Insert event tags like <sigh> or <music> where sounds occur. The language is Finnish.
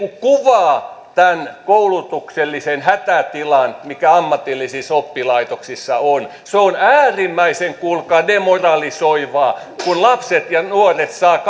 kuvaa tämän koulutuksellisen hätätilan mikä ammatillisissa oppilaitoksissa on se on äärimmäisen kuulkaa demoralisoivaa kun lapset ja nuoret saavat <unintelligible>